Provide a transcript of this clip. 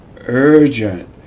urgent